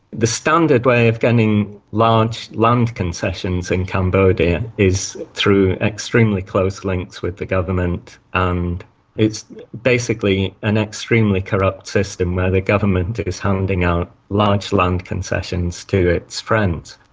the standard way of getting large land concessions in cambodia is through extremely close links with the government, and it's basically an extremely corrupt system where the government is handing out large land concessions to its friends,